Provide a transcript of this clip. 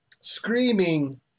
screaming